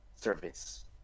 service